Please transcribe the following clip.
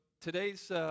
today's